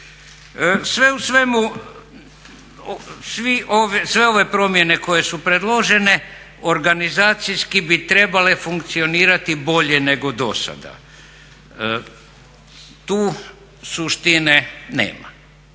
Sve u svemu sve ove promjene koje su predložene organizacijski bi trebale funkcionirati bolje nego dosada. Tu suštine nema.